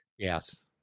Yes